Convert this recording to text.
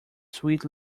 sweet